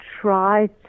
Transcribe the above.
try